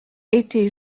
était